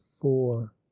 Four